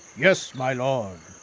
yes, my lord.